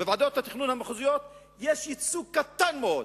בוועדות התכנון המחוזיות יש ייצוג קטן מאוד.